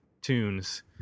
tunes